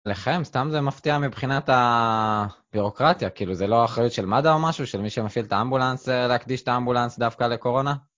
לכם? סתם זה מפתיע מבחינת הבירוקרטיה? כאילו זה לא אחריות של מד"א או משהו? של מי שמפעיל את האמבולנס, להקדיש את האמבולנס דווקא לקורונה?